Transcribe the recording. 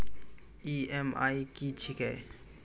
EMI की छिये?